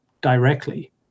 directly